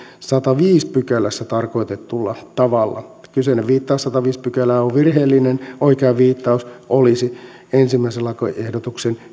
sadannessaviidennessä pykälässä tarkoitetulla tavalla kyseinen viittaus sadanteenviidenteen pykälään on virheellinen oikea viittaus olisi ensimmäisen lakiehdotuksen